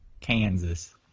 Kansas